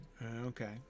Okay